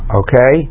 okay